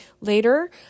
later